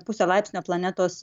pusė laipsnio planetos